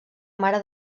mare